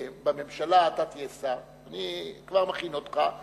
בממשלה אתה תהיה שר, אני כבר מכין אותך.